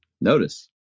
Notice